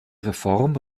reform